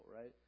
right